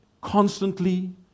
constantly